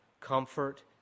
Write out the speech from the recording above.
Comfort